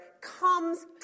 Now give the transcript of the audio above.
comes